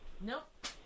Nope